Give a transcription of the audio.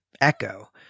echo